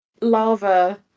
lava